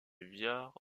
viard